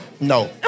No